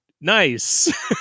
nice